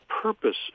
purpose